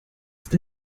ist